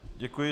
Děkuji.